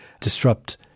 disrupt